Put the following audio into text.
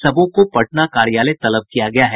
सबों को पटना कार्यालय तलब किया गया है